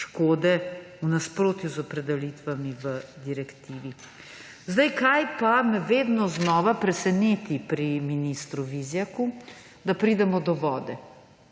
škode v nasprotju z opredelitvami v direktivi. Kar pa me vedno znova preseneti pri ministru Vizjaku, je, da pridemo do vode.